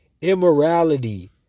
immorality